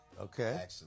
Okay